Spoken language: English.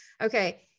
Okay